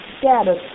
scattered